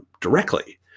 directly